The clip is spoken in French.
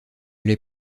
les